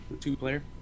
two-player